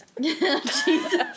Jesus